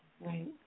right